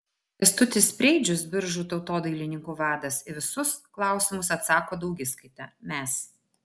kęstutis preidžius biržų tautodailininkų vadas į visus klausimus atsako daugiskaita mes